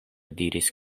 diris